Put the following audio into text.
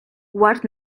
ward